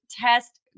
test